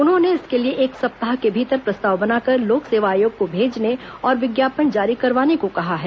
उन्होंने इसके लिए एक सप्ताह के भीतर प्रस्ताव बनाकर लोक सेवा आयोग को भेजने और विज्ञापन जारी करवाने को कहा है